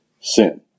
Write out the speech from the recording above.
Sin